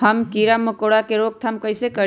हम किरा मकोरा के रोक थाम कईसे करी?